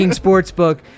Sportsbook